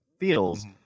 feels